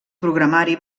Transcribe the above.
programari